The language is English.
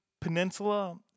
Peninsula